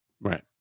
Right